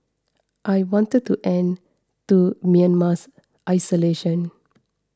I wanted to end to Myanmar's isolation